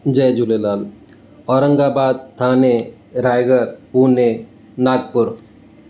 Jay Jhulelal Aurangabad Thane Raigad Pune Nagpur